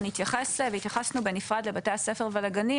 אנחנו נתייחס והתייחסנו בנפרד לבתי הספר והגנים,